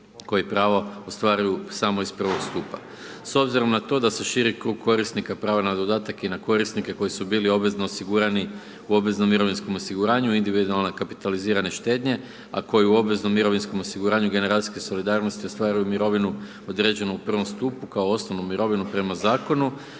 koji pravo ostvaruju samo iz prvog stupa. S obzirom na to da se širi krug korisnika prava na dodatak i na korisnike koji su bili obvezno osigurani u obveznom mirovinskom osiguranju individualne kapitalizirane štednje, a koji u obveznom mirovinskom osiguranju generacijske solidarnosti ostvaruju mirovinu određenu u prvom stupu kao osnovnu mirovinu prema Zakonu,